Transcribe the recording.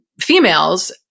females